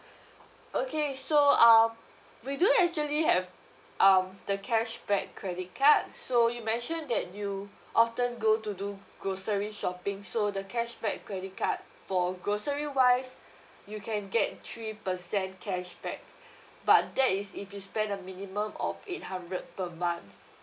okay so uh we do actually have um the cashback credit card so you mentioned that you often go to do grocery shopping so the cashback credit card for grocery wise you can get three percent cashback but that is if you spend a minimum of eight hundred per month